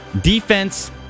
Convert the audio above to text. defense